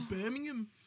Birmingham